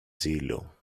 jello